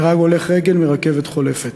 נהרג הולך רגל מרכבת חולפת,